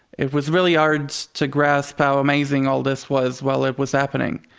it was really hard to grasp how amazing all this was while it was happening.